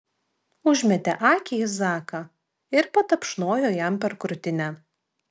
užmetė akį į zaką ir patapšnojo jam per krūtinę